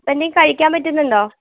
ഇപ്പോഴെന്തെങ്കിലും കഴിക്കാന് പറ്റുന്നുണ്ടോ